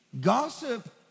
Gossip